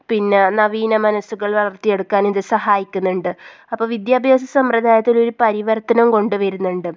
പിന്നെ നവീന മനസ്സുകൾ വളർത്തിയെടുക്കാൻ ഇത് സഹായിക്കുന്നുണ്ട് അപ്പം വിദ്യാഭ്യാസ സമ്പ്രദായത്തിനൊരു പരിവർത്തനം കൊണ്ടു വരുന്നുണ്ട്